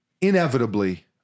inevitably